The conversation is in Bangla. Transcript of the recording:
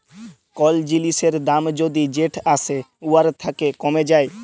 কল জিলিসের দাম যদি যেট আসে উয়ার থ্যাকে কমে যায়